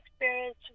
experience